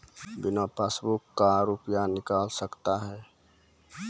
बिना पासबुक का रुपये निकल सकता हैं?